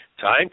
time